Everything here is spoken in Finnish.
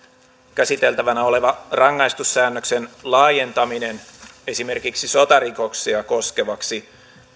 käsiteltävänä oleva rangaistussäännöksen laajentaminen esimerkiksi sotarikoksia koskevaksi